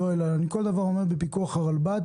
יואל בפיקוח הרלב"ד,